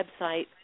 website